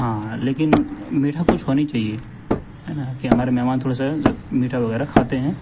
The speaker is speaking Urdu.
ہاں لیکن میٹھا کچھ ہونی چاہیے ہے نا کہ ہمارے مہمان تھوڑا سا میٹھا وغیرہ کھاتے ہیں